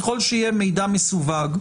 וככל שיהיה מידע מסווג,